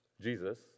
Jesus